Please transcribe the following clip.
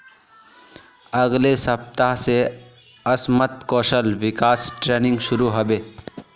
अगले सप्ताह स असमत कौशल विकास ट्रेनिंग शुरू ह बे